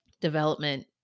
development